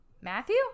Matthew